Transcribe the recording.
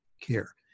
care